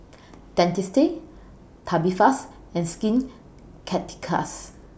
Dentiste Tubifast and Skin Ceuticals